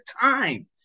time